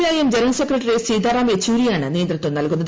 IM general secretary Sitaram യെച്ചൂരിയാണ് നേതൃത്വം നൽകുന്നത്